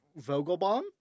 Vogelbaum